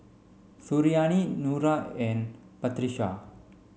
Suriani Nura and Batrisya